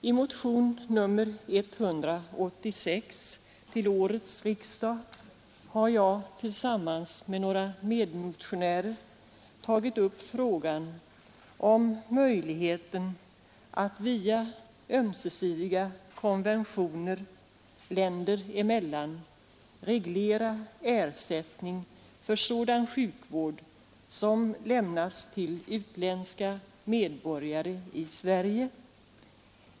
I motionen 186 till årets riksdag har jag tillsammans med några medmotionärer tagit upp frågan om möjligheten att via ömsesidiga konventioner länder emellan reglera ersättningen för sådan sjukvård som lämnas till utländska medborgare i Sverige.